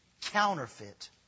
counterfeit